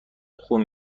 خون